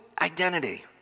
identity